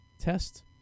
test